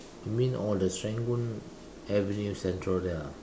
you mean oh the Serangoon avenue central there ah